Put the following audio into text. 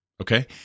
Okay